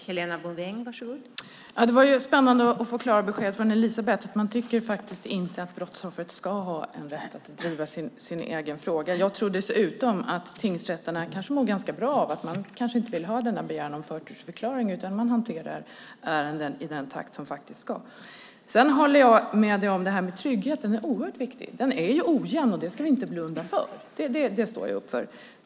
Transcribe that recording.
Fru talman! Det var spännande att få klara besked från Elisebeht att man inte tycker att brottsoffret ska ha en väg att driva sin egen fråga. Jag tror dessutom att tingsrätterna kanske mår ganska bra av detta. De kanske inte vill ha denna begäran om förtursförklaring, utan man hanterar ärenden i sin egen takt. Jag håller med dig om att tryggheten är oerhört viktig. Den är ojämn - det ska vi inte blunda för, och det står jag upp för.